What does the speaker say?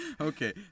Okay